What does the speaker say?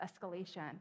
escalation